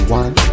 one